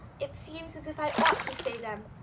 it seems as if i ought to say them.